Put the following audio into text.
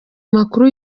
amakuru